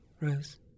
Rose